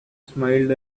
smiled